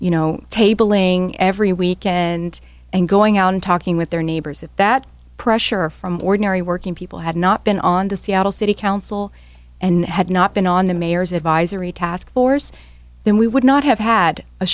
you know tabling every week and and going out and talking with their neighbors if that pressure from ordinary working people had not been on the seattle city council had not been on the mayor's advisory task force then we would not have had a